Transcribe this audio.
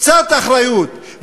קצת אחריות,